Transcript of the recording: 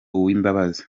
uwimbabazi